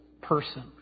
person